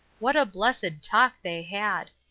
what a blessed talk they had!